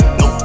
no